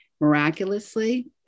miraculously